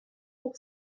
pour